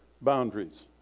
boundaries